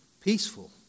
Peaceful